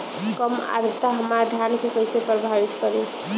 कम आद्रता हमार धान के कइसे प्रभावित करी?